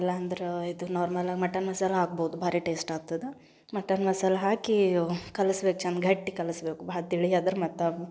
ಇಲ್ಲಾಂದ್ರೆ ಇದು ನಾರ್ಮಲಾಗಿ ಮಟನ್ ಮಸಾಲೆ ಹಾಕ್ಬೌದು ಭಾರಿ ಟೇಸ್ಟ್ ಆಗ್ತದೆ ಮಟನ್ ಮಸಾಲೆ ಹಾಕಿ ಕಲಸ್ಬೇಕು ಚಂದ ಗಟ್ಟಿ ಕಲಸಬೇಕು ಭಾಳ ತಿಳಿಯಾದ್ರೆ ಮತ್ತು